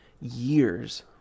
years